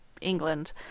England